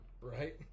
Right